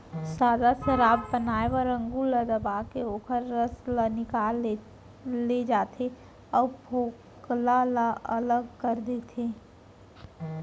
सादा सराब बनाए बर अंगुर ल दबाके ओखर रसा ल निकाल ले जाथे अउ फोकला ल अलग कर देथे